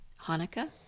Hanukkah